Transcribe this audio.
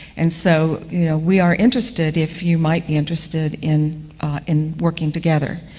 and so you know we are interested, if you might be interested, in in working together.